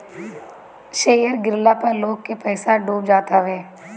share गिरला पअ लोग के पईसा डूब जात हवे